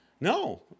No